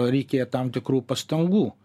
reikėjo tam tikrų pastangų